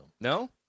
No